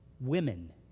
Women